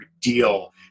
deal